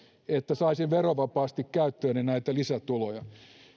että saisin verovapaasti käyttööni näitä lisätuloja